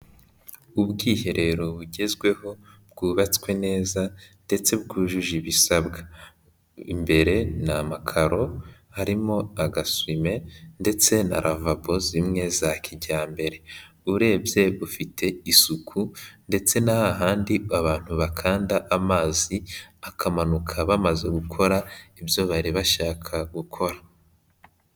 Ubwiherero bugezweho bwubatswe neza ndetse bwujuje ibisabwa, imbere ni amakaro, harimo agasume ndetse na lavabo zimwe za kijyambere, urebye bufite isuku ndetse n'ahandi abantu bakanda amazi akamanuka bamaze gukora ibyo bari bashaka gukora.